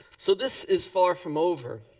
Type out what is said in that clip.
so this is far from over.